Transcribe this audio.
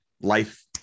life